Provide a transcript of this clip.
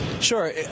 sure